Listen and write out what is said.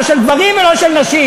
לא של גברים ולא של נשים.